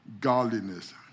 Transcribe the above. godliness